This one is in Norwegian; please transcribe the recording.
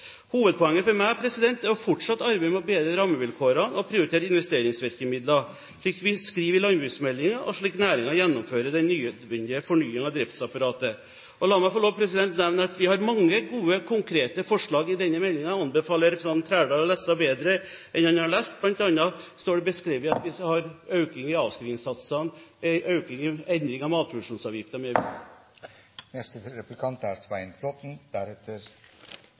Hovedpoenget for meg er fortsatt å arbeide for å bedre rammevilkårene og prioritere investeringsvirkemidler, slik vi skriver i landbruksmeldingen, og slik næringen gjennomfører den nødvendige fornyingen av driftsapparatet. La meg få lov å nevne at vi har mange gode, konkrete forslag i denne meldingen. Jeg anbefaler representanten Trældal å lese den bedre enn han har gjort, bl.a. står det beskrevet at vi skal ha en økning i avskrivningssatsene, endring av matproduksjonsavgiften m.m. Til det med å lese meldingen: Jeg er